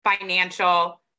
financial